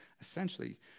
essentially